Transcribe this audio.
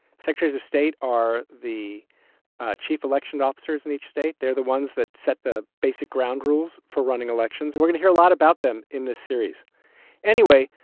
secretaries of state are the chief election officers in each state. they're the ones that set the basic ground rules for running elections. and we're gonna hear a lot about them in this series anyway.